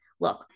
look